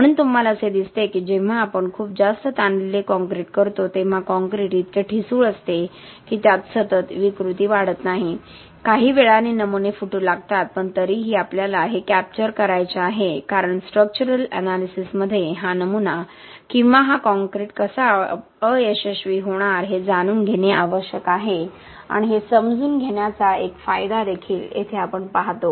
म्हणून तुम्हाला असे दिसते की जेव्हा आपण खूप जास्त ताणलेले काँक्रीट करतो तेव्हा काँक्रीट इतके ठिसूळ असते की त्यात सतत विकृती वाढत नाही काही वेळाने नमुने फुटू लागतात पण तरीही आपल्याला हे कॅप्चर करायचे आहे कारण स्ट्रक्चरल एनालिसिसमध्ये हा नमुना किंवा हा कंक्रीट कसा अयशस्वी होणार आहे हे जाणून घेणे आवश्यक आहे आणि हे समजून घेण्याचा एक फायदा देखील येथे आपण पाहतो